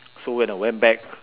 so when I went back